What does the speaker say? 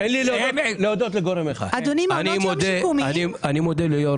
אני מודה ליושב ראש